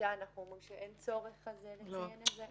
שמיעתה האם אנחנו אומרים שאין צורך לציין את זה?